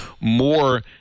more